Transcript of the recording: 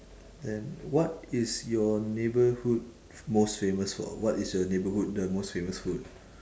then what is your neighbourhood most famous for what is your neighbourhood the most famous food